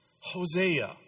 Hosea